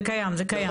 זה קיים, זה קיים.